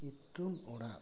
ᱤᱛᱩᱱ ᱚᱲᱟᱜ